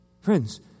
Friends